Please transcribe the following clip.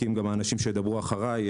צודקים גם האנשים שידברו אחריי,